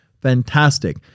fantastic